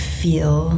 feel